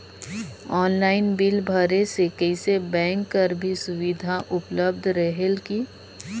Online bill भरे से कइसे बैंक कर भी सुविधा उपलब्ध रेहेल की?